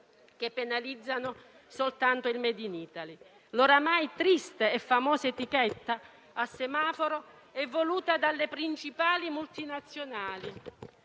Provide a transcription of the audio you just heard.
che penalizzano soltanto il *made in Italy.* L'ormai triste e famosa etichetta a semaforo è voluta dalle principali multinazionali,